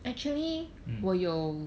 mm